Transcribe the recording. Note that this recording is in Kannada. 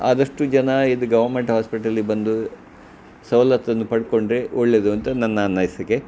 ಆದಷ್ಟು ಜನ ಇದು ಗವರ್ಮೆಂಟ್ ಹಾಸ್ಪಿಟಲಿಗೆ ಬಂದು ಸವಲತ್ತನ್ನು ಪಡ್ಕೊಂಡ್ರೆ ಒಳ್ಳೆಯದು ಅಂತ ನನ್ನ ಅನಿಸಿಕೆ